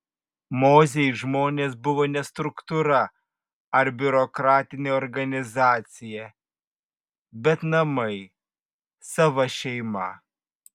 mozei žmonės buvo ne struktūra ar biurokratinė organizacija bet namai sava šeima